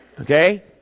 Okay